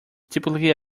typically